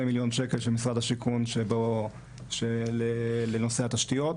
מיליון שקלים של משרד השיכון לנושא התשתיות.